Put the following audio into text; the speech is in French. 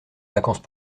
vacances